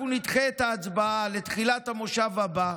אנחנו נדחה את ההצבעה לתחילת המושב הבא,